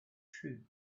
true